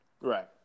Right